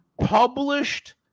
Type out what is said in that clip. published